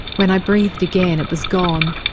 when i breathed again it was gone,